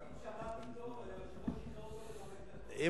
אם שמעתי טוב, היושב-ראש שחרר אותו לחמש דקות.